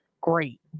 great